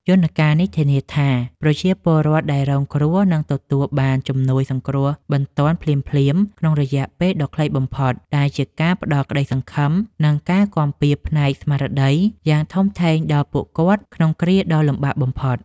យន្តការនេះធានាថា ប្រជាពលរដ្ឋដែលរងគ្រោះនឹងទទួលបានជំនួយសង្គ្រោះបន្ទាន់ភ្លាមៗក្នុងរយៈពេលដ៏ខ្លីបំផុត ដែលជាការផ្តល់ក្តីសង្ឃឹម និងការគាំពារផ្នែកស្មារតីយ៉ាងធំធេងដល់ពួកគាត់ក្នុងគ្រាដ៏លំបាកបំផុត។